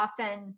Often